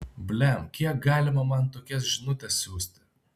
blem kiek galima man tokias žinutes siųsti